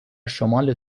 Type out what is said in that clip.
شمال